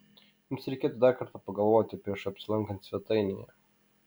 jums reikėtų dar kartą pagalvoti prieš apsilankant svetainėje